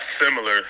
similar